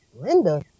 Linda